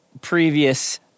previous